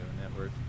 network